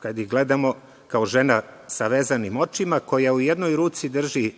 kad je gledamo, kao žena sa vezanim očima, koja u jednoj ruci drži